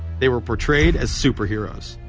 they were portrayed as superheroes.